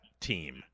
team